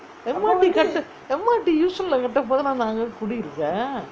M_R_T கட்டும்:kattum M_R_T yishun லே கட்டும் போதுலாம் நா அங்கே குடியிருக்கேன்:lae kattum pothulaam naa angae kudiyirukaen